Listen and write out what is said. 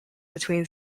between